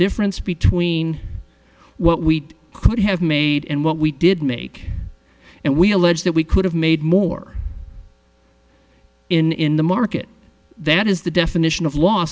difference between what we could have made and what we did make and we allege that we could have made more in the market that is the definition of los